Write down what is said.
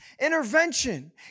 intervention